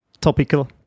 topical